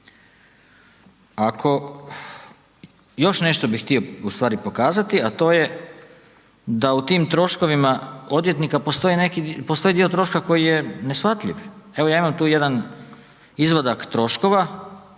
Ako, još nešto bi htio ustvari pokazati a to je da u tim troškovima odvjetnika postoji dio troškova koji je neshvatljiv. Evo ja imam tu jedan izvadak troškova